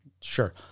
Sure